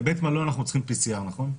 לבית מלון אנחנו צריכים PCR, נכון?